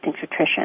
nutrition